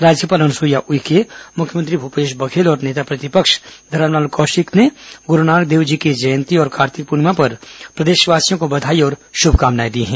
राज्यपाल अनुसुईया उइके मुख्यमंत्री भूपेश बघेल और नेता प्रतिपक्ष धरमलाल कौशिक ने गुरूनानक देवजी की जयंती और कार्तिक पूर्णिमा पर प्रदेशवासियों को बधाई और शुभकामनाएं दी हैं